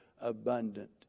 abundant